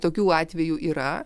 tokių atvejų yra